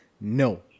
no